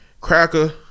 cracker